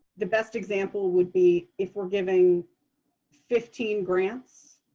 the best example would be if we're giving fifteen grants,